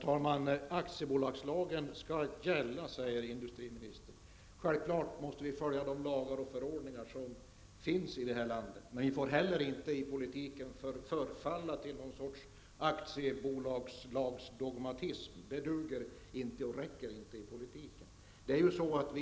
Herr talman! Aktiebolagslagen skall gälla, säger industriministern. Självfallet måste vi följa de lagar och förordningar som finns i landet. Men vi får heller inte i politiken förfalla till någon sorts aktiebolagslagsdogmatism. Det räcker inte i politiken.